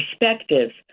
perspectives